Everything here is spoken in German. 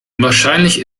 wahrscheinlich